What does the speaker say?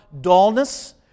dullness